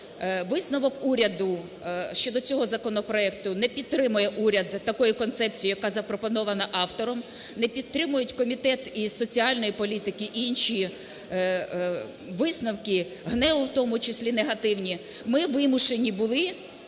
висновок уряду щодо цього законопроекту: не підтримує уряд такої концепції, яка запропонована автором, не підтримують Комітет і соціальної політики і інші, висновки ГНЕУ в тому числі негативні, - ми вимушені були